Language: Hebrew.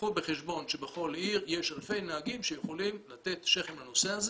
קחו בחשבון שבכל עיר יש אלפי נהגים שיכולים לתת שכם לנושא הזה